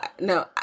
no